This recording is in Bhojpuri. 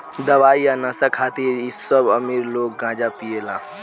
दवाई आ नशा खातिर इ सब अमीर लोग गांजा पियेला